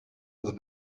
other